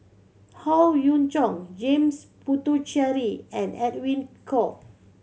Howe Yoon Chong James Puthucheary and Edwin Koek